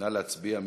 נא להצביע.